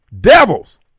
devils